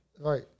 Right